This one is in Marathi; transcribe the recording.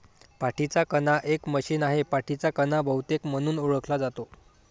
पाठीचा कणा एक मशीन आहे, पाठीचा कणा बहुतेक म्हणून ओळखला जातो